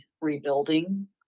rebuilding